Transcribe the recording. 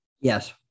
Yes